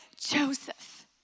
Joseph